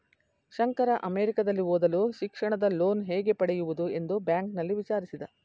ಶಂಕರ ಅಮೆರಿಕದಲ್ಲಿ ಓದಲು ಶಿಕ್ಷಣದ ಲೋನ್ ಹೇಗೆ ಪಡೆಯುವುದು ಎಂದು ಬ್ಯಾಂಕ್ನಲ್ಲಿ ವಿಚಾರಿಸಿದ